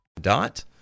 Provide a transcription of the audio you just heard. Dot